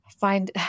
find